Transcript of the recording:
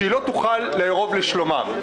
שהיא לא תוכל לערוב לשלומם.